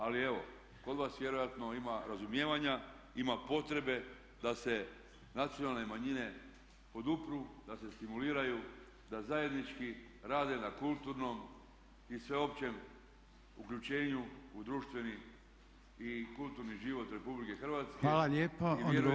Ali evo kod vas vjerojatno ima razumijevanja, ima potrebe da se nacionalne manjine podupru, da se stimuliraju, da zajednički rade na kulturnom i sveopćem uključenju u društveni i kulturni život Republike Hrvatske.